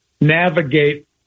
navigate